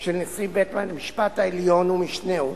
של נשיא בית-המשפט העליון ומשנהו.